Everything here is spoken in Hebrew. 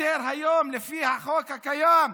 לפי החוק הקיים,